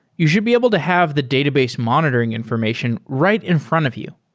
you should be able to have the database monitoring information right in front of you.